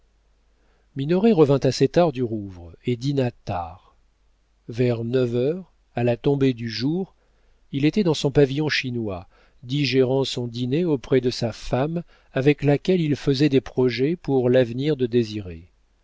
minoret revint assez tard du rouvre et dîna tard vers neuf heures à la tombée du jour il était dans son pavillon chinois digérant son dîner auprès de sa femme avec laquelle il faisait des projets pour l'avenir de désiré